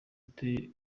gute